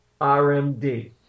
RMD